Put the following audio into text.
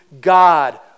God